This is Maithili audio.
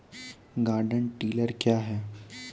गार्डन टिलर क्या हैं?